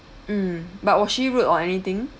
mm but was she rude or anything